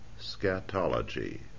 scatology